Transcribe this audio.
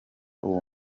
uwo